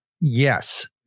Yes